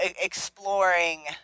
exploring